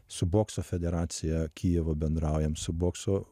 su bokso federacija kijevo bendraujam su bokso